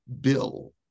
bill